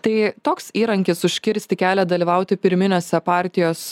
tai toks įrankis užkirsti kelią dalyvauti pirminiuose partijos